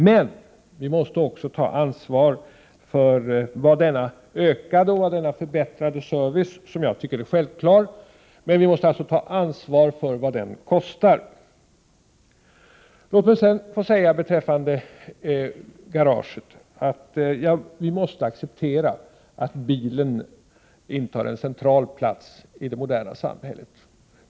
Men vi måste också ta ansvar för vad denna ökade och förbättrade service — som jag tycker är självklar — kostar. Låt mig beträffande garaget säga att vi måste acceptera att bilen intar en central plats i det moderna samhället.